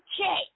Okay